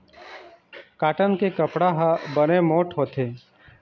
cotton के कपड़ा ह बने मोठ्ठ होथे